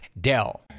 Dell